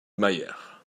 mayer